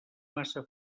massa